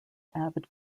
avid